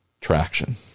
traction